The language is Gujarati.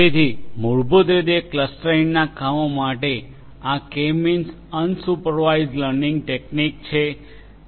તેથી મૂળભૂત રીતે ક્લસ્ટરીંગના કામો માટે આ K means unsupervised learning technique છે